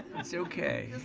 it's okay. just,